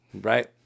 right